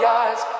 eyes